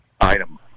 item